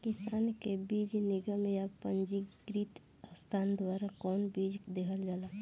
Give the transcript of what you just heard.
किसानन के बीज निगम या पंजीकृत संस्था द्वारा कवन बीज देहल जाला?